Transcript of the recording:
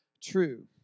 true